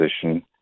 position